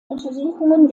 untersuchungen